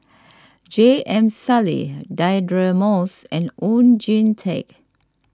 J M Sali Deirdre Moss and Oon Jin Teik